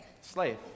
Slave